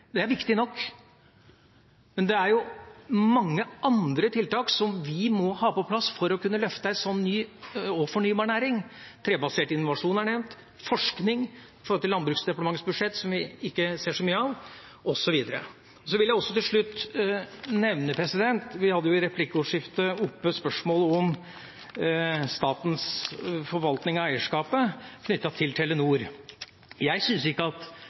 Det er viktig nok, men det er mange andre tiltak vi må ha på plass for å kunne løfte en fornybar næring. Trebasert innovasjon er nevnt, forskning, under Landbruksdepartementets budsjett, som vi ikke ser så mye av, osv. Jeg vil også til slutt nevne replikkordskiftet vi hadde, hvor spørsmålet om statens forvaltning av eierskapet knyttet til Telenor ble tatt opp. Jeg syns ikke vi fikk noen klargjøring av det spørsmålet som ble stilt i replikkordskiftet. Jeg hadde kanskje forventet at